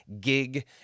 gig